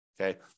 okay